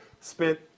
spent